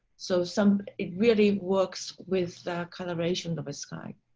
so some it really works with the coloration of a skype.